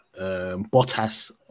Bottas